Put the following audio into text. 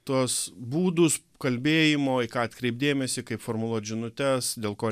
tuos būdus kalbėjimo į ką atkreipt dėmesį kaip formuluot žinutes dėl ko